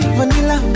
Vanilla